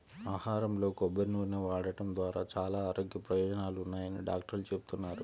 ఆహారంలో కొబ్బరి నూనె వాడటం ద్వారా చాలా ఆరోగ్య ప్రయోజనాలున్నాయని డాక్టర్లు చెబుతున్నారు